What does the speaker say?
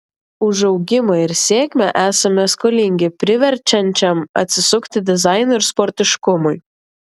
už augimą ir sėkmę esame skolingi priverčiančiam atsisukti dizainui ir sportiškumui